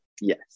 yes